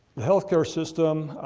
healthcare system.